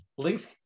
Links